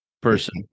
person